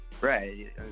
Right